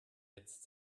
jetzt